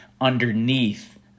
underneath